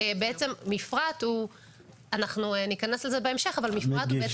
בעצם מפרט, אנחנו היכנס לזה בהמשך, הוא תנאי.